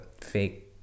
fake